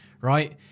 right